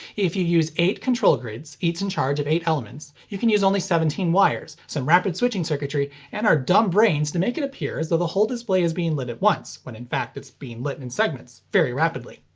if you use eight control grids each in charge of eight elements, you can use only seventeen wires, some rapid switching circuitry, and our dumb brains to make it appear as though the whole display is being lit at once when in fact it's being lit in in segments very rapidly.